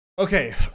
Okay